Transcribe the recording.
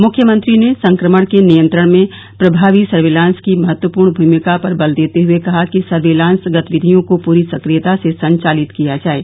मुख्यमंत्री ने संक्रमण के नियंत्रण में प्रभावी सर्विलांस को महत्वपूर्ण भूमिका पर बल देते हुए कहा कि सर्विलांस गतिविधियों को पूरी सक्रियता से संचालित किया जाये